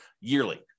yearly